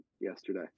yesterday